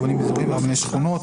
רבנים אזוריים ורבני שכונות.